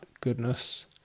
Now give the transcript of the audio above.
goodness